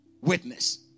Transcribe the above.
witness